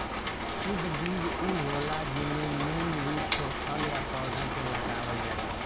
शुद्ध बीज उ होला जेमे मूल रूप से फल या पौधा के लगावल जाला